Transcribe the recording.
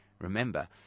remember